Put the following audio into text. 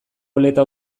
oleta